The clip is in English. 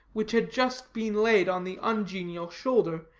which had just been laid on the ungenial shoulder,